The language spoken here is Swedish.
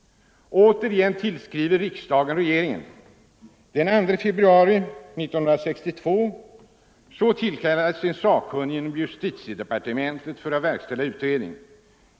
Återigen tillskriver riksdagen regeringen. Den 2 februari 1962 tillkallas en sakkunnig inom justitiedepartementet för att verkställa utredning.